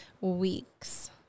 weeks